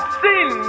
sin